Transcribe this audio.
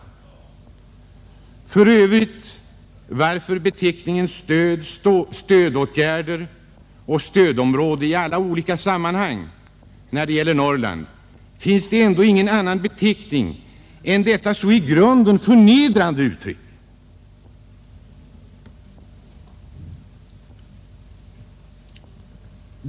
Varför används för övrigt beteckningarna ”stöd”, ”stödåtgärder” och ”stödområde” i alla sammanhang när det gäller Norrland? Finns det ingen annan beteckning än detta så i grunden förnedrande uttryck?